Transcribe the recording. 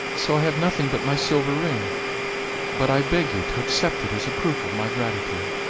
so i have nothing but my silver ring but i beg you to accept it as a proof of my gratitude.